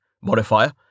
modifier